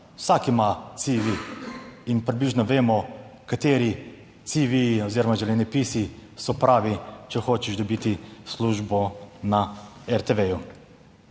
vsak ima cvi, in približno vemo, kateri CV-ji oziroma življenjepisi so pravi, če hočeš dobiti službo na RTV, ju